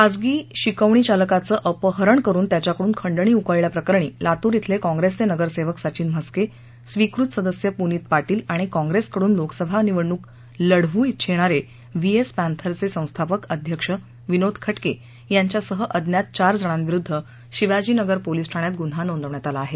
खासगी शिकवणी चालकाचं अपहरण करुन त्याच्याकडून खंडणी उकळल्या प्रकरणी लातूर शिले कॉप्रेसचे नगरसेवक सचिन मस्के स्वीकृत सदस्य पुनीत पार्शिल आणि कॉय्रसकडुन लोकसभा निवडणुक लढवू छीणारे व्ही एस पॅथरचे संस्थापक अध्यक्ष विनोद ख कि यांच्यासह अज्ञात चार जणा विरुध्द शिवाजीनगर पोलीस ठाण्यात गुन्हा नोंदवण्यात आला आहे